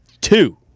Two